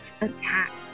attacked